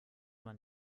man